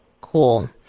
Cool